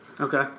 Okay